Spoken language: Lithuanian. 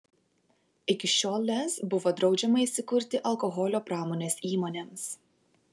iki šiol lez buvo draudžiama įsikurti alkoholio pramonės įmonėms